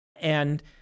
And-